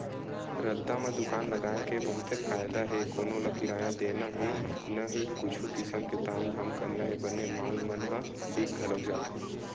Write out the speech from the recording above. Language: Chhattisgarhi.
रद्दा म दुकान लगाय के बहुते फायदा हे कोनो ल किराया देना हे न ही कुछु किसम के तामझाम करना हे बने माल मन ह बिक घलोक जाथे